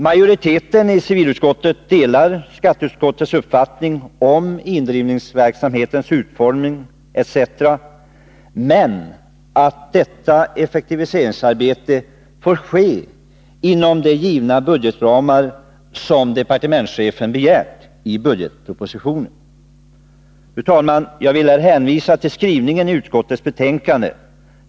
Majoriteten i civilutskottet delar skatteutskottets uppfattning om indrivningsverksamhetens utformning etc., men anför att detta effektiviseringsarbete får ske inom de budgetramar som departementschefen begärt i budgetpropositionen. Jag vill här hänvisa till skrivningen i utskottets betänkande.